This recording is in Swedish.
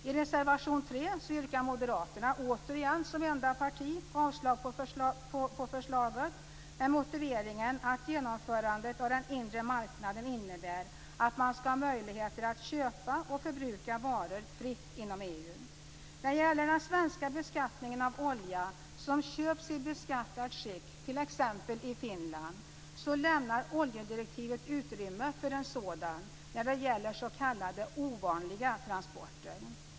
I reservation 3 yrkar Moderaterna - återigen som enda parti - avslag på förslaget, med motiveringen att genomförandet av den inre marknaden innebär att man skall ha möjligheter att köpa och förbruka varor fritt inom EU. Vad beträffar den svenska beskattningen av olja som köpts i beskattat skick i t.ex. Finland lämnar oljedirektivet utrymme för en sådan när det gäller s.k. ovanliga transporter.